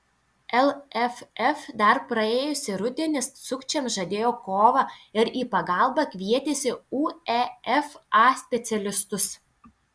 lff dar praėjusį rudenį sukčiams žadėjo kovą ir į pagalbą kvietėsi uefa specialistus